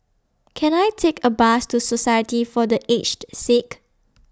Can I Take A Bus to Society For The Aged Sick